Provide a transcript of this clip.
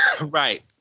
Right